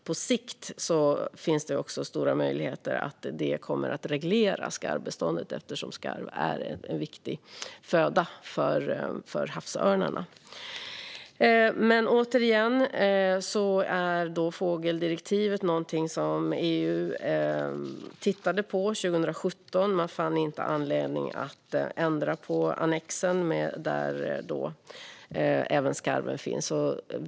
På sikt finns det stora möjligheter att detta kommer att reglera skarvbeståndet eftersom skarv är en viktig föda för havsörnen. Återigen: Fågeldirektivet är något som EU tittade på 2017. Man fann inte anledning att ändra på annexen, där även skarven finns.